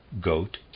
goat